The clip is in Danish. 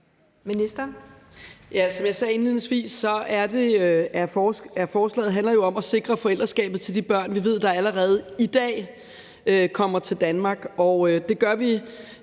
Andersen): Som jeg sagde indledningsvis, handler forslaget om at sikre forældreskabet til de børn, vi allerede i dag ved kommer til Danmark.